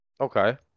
Okay